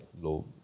low